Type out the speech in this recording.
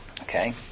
Okay